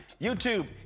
YouTube